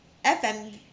F and